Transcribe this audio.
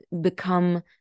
become